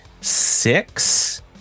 six